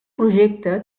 projecte